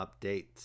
updates